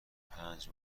پنج